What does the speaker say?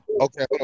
Okay